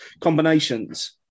combinations